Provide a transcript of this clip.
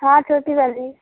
हाँ छोटी वाली